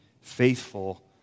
faithful